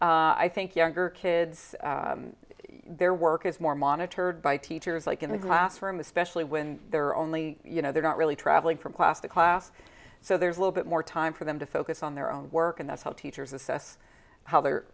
so i think younger kids their work is more monitored by teachers like in the classroom especially when they're only you know they're not really traveling from class to class so there's a little bit more time for them to focus on their own work and that's how teachers assess how the